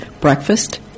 breakfast